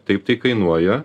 taip tai kainuoja